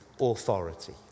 authority